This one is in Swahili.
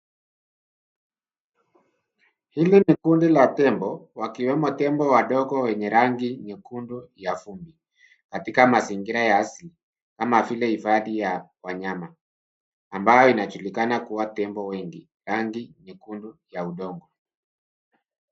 Hili ni kundi la tembo, wakiwemo tembo wadogo wenye rangi nyekundu ya vumbi katika mazingira ya asili kama vile hifadhi ya wanyama, ambayo inajulikana kuwa tembo wengi rangi nyekundu ya udongo.